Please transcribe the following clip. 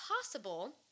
possible